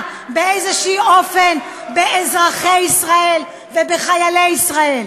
באיזה אופן באזרחי ישראל ובחיילי ישראל.